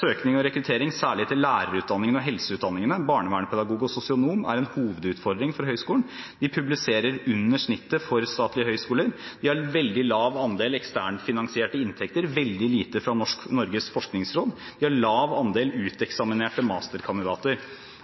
Søkning og rekruttering særlig til lærerutdanningene og helseutdanningene, barnevernspedagog og sosionom, er en hovedutfordring for Høgskulen. De publiserer under snittet for statlige høyskoler. De har en veldig lav andel eksternfinansierte inntekter, og veldig lite fra Norges forskningsråd. De har en lav andel uteksaminerte masterkandidater.